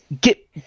get